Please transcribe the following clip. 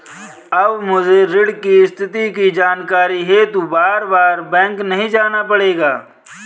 अब मुझे ऋण की स्थिति की जानकारी हेतु बारबार बैंक नहीं जाना पड़ेगा